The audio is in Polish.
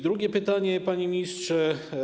Drugie pytanie, panie ministrze.